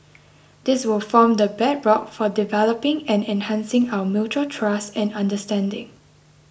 this will form the bedrock for developing and enhancing our mutual trust and understanding